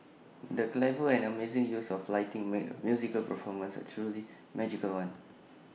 the clever and amazing use of lighting made the musical performance A truly magical one